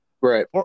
right